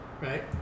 right